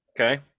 okay